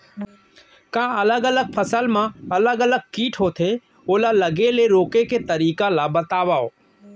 का अलग अलग फसल मा अलग अलग किट होथे, ओला लगे ले रोके के तरीका ला बतावव?